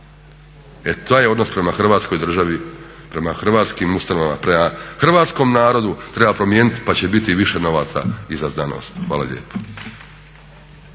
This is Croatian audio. E taj odnos prema Hrvatskoj državi, prema hrvatskim ustanovama, prema hrvatskom narodu treba promijeniti pa će biti više novaca i za znanost. Hvala lijepo.